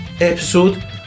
episode